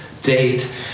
date